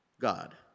God